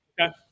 Okay